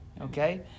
Okay